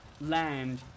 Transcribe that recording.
land